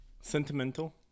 Sentimental